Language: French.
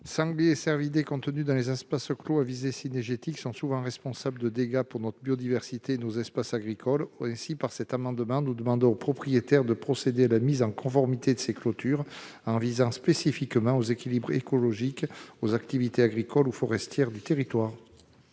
sangliers et cervidés contenus dans les espaces clos à visée cynégétique sont souvent responsables de dégâts dans notre biodiversité et sur nos espaces agricoles. Par cet amendement, nous demandons donc aux propriétaires de procéder à la mise en conformité de leurs clôtures en veillant spécifiquement à la protection des équilibres écologiques et des activités agricoles ou forestières du territoire